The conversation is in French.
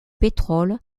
pétrole